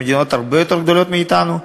מדינות הרבה יותר גדולות מאתנו.